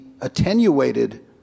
attenuated